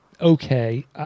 okay